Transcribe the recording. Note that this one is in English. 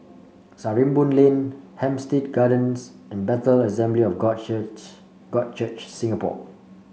Sarimbun Lane Hampstead Gardens and Bethel Assembly of God Church God Church Singapore